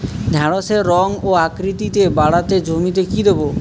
ঢেঁড়সের রং ও আকৃতিতে বাড়াতে জমিতে কি দেবো?